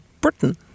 Britain